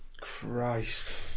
Christ